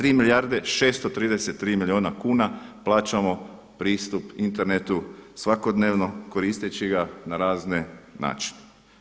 Tri milijarde i 633 milijuna kuna plaćamo pristup internetu svakodnevno koristeći ga na razne načine.